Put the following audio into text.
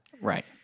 Right